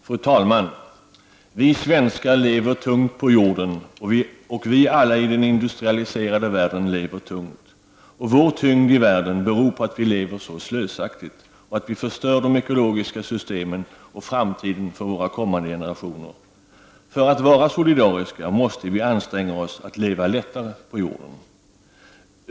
Fru talman! Vi svenskar lever tungt på jorden, och vi alla i den industrialiserade världen lever tungt. Vår tyngd i världen beror på att vi lever så slösaktigt och att vi förstör de ekologiska systemen och framtiden för kommande generationer. För att vara solidariska måste vi anstränga oss att leva lättare på jorden.